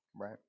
Right